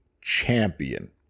champion